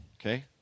Okay